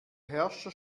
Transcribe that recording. herrscher